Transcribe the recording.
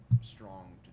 strong